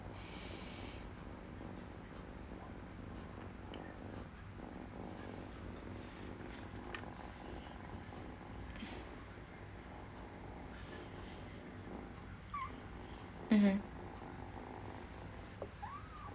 mmhmm